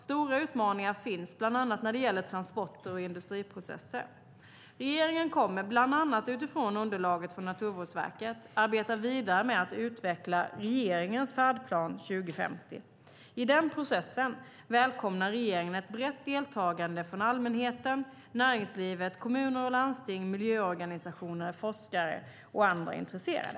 Stora utmaningar finns bland annat när det gäller transporter och industriprocesser. Regeringen kommer bland annat utifrån underlaget från Naturvårdsverket att arbeta vidare med att utveckla regeringens färdplan 2050. I den processen välkomnar regeringen ett brett deltagande från allmänheten, näringslivet, kommuner och landsting, miljöorganisationer, forskare och andra intresserade.